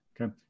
Okay